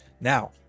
Now